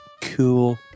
cool